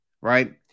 right